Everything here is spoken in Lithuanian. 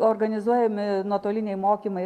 organizuojami nuotoliniai mokymai